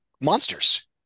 monsters